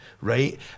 right